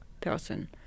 person